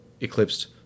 eclipsed